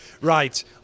Right